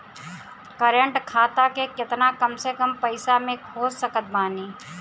Current खाता केतना कम से कम पईसा से खोल सकत बानी?